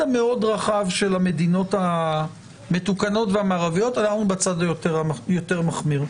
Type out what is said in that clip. המאוד רחב של המדינות המתוקנות והמערביות אנחנו בצד היותר מחמיר.